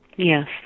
yes